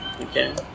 Okay